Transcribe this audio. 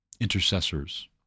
intercessors